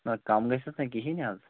نا کم گژِھٮ۪س نا کِہینۍ حظ